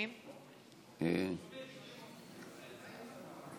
אדוני היושב-ראש,